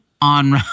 on